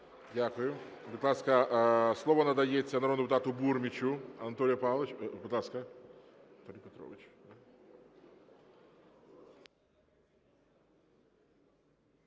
Дякую. Будь ласка, слово надається народному депутату Бурмічу. Анатолій Павлович, будь ласка. Анатолій Петрович.